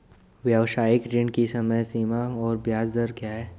व्यावसायिक ऋण की समय सीमा और ब्याज दर क्या है?